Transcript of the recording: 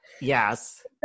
Yes